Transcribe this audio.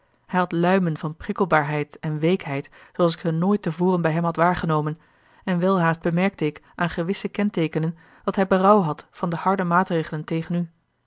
had luimen van prikkelbaarheid en weekheid zooals ik ze nooit tevoren bij hem had waargenomen en welhaast bemerkte ik aan gewisse kenteekenen dat hij berouw had van de harde maatregelen tegen u